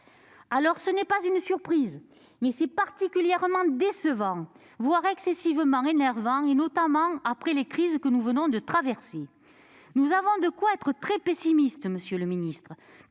Ce n'est pas une surprise, mais c'est particulièrement décevant, voire extrêmement énervant, notamment après les crises que nous venons de traverser. Nous avons de quoi être très pessimistes, monsieur le secrétaire